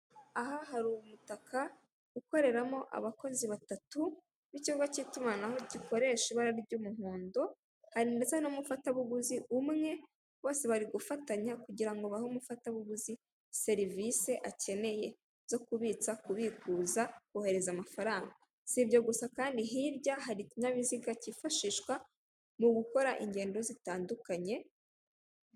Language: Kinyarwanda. Aha hari umutaka ukoreramo abakozi batatu b'ikigo cy'itumanaho gikoresha ibara ry'umuhondo ,hari ndetse numufatabuguzi umwe bose bari gufatanya kugirango bahe umufatabuguzi serivise akeneye zo kubitsa, kubikuza, kohereza amafaranga sibyo gusa kandi hari ikinyabizigaa kifashisha kugenda injyendo zitandukanye .